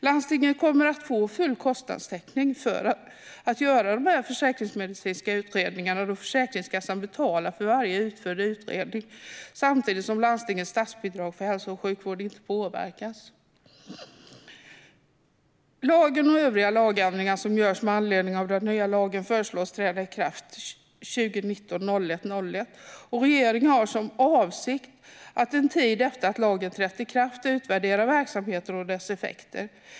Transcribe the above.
Landstingen kommer att få full kostnadstäckning för att göra de försäkringsmedicinska utredningarna eftersom Försäkringskassan betalar för varje utförd utredning samtidigt som landstingens statsbidrag för hälso och sjukvård inte påverkas. Lagen och övriga lagändringar som görs med anledning av den nya lagen föreslås träda i kraft den 1 januari 2019. Regeringen har för avsikt att en tid efter det att lagen har trätt i kraft utvärdera verksamheten och dess effekter.